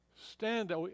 stand